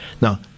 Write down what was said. now